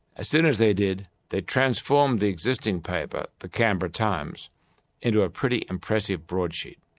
as soon as they did, they transformed the existing paper the canberra times into a pretty impressive broadsheet.